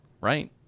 right